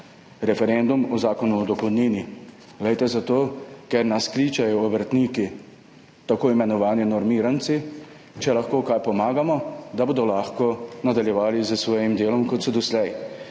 referendum o Zakonu o dohodnini, glejte, zato, ker nas kličejo obrtniki, tako imenovani normiranci, če lahko kaj pomagamo, da bodo lahko nadaljevali s svojim delom, kot so doslej,